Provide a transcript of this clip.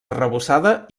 arrebossada